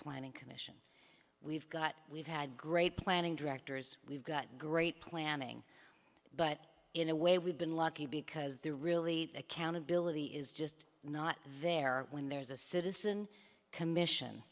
planning commission we've got we've had great planning directors we've got great planning but in a way we've been lucky because the really accountability is just not there when there's a citizen commission